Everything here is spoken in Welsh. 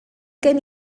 gen